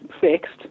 fixed